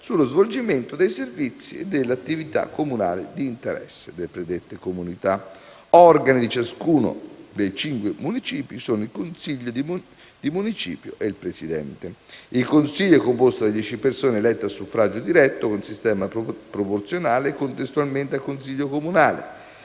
sullo svolgimento dei servizi e delle attività comunali di interesse delle predette comunità. Organi di ciascuno dei cinque municipi sono il consiglio di municipio e il presidente. Il consiglio è composto da dieci persone elette a suffragio diretto con sistema proporzionale, contestualmente al Consiglio comunale.